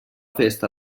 festa